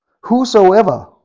whosoever